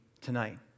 tonight